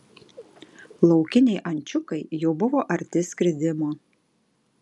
laukiniai ančiukai jau buvo arti skridimo